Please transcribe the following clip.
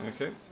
Okay